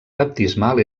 baptismal